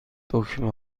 دکمه